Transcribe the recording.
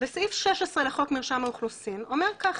וסעיף 16 לחוק מרשם האוכלוסין אומר ככה: